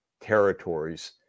territories